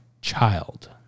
child